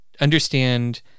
understand